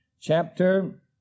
chapter